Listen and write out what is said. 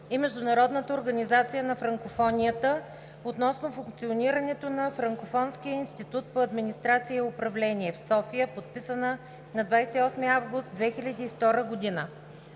и Международната организация на франкофонията относно функционирането на Франкофонския институт по администрация и управление (ФИАУ) в София, подписана на 28 август 2012 г.